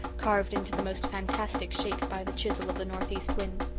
carved into the most fantastic shapes by the chisel of the northeast wind.